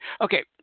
Okay